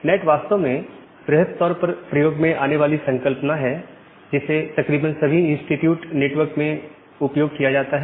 NAT वास्तव में वृहत तौर पर प्रयोग में आने वाली संकल्पना है जिसे तकरीबन सभी इंस्टिट्यूट नेटवर्क में उपयोग किया जाता है